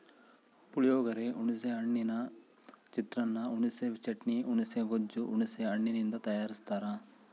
ಪುಳಿಯೋಗರೆ, ಹುಣಿಸೆ ಹಣ್ಣಿನ ಚಿತ್ರಾನ್ನ, ಹುಣಿಸೆ ಚಟ್ನಿ, ಹುಣುಸೆ ಗೊಜ್ಜು ಹುಣಸೆ ಹಣ್ಣಿನಿಂದ ತಯಾರಸ್ತಾರ